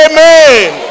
Amen